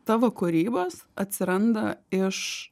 tavo kūrybos atsiranda iš